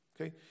Okay